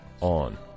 on